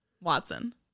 Watson